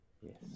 Yes